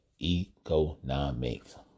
economics